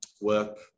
Work